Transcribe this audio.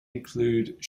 include